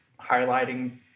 highlighting